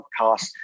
podcast